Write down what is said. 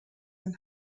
and